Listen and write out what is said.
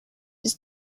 his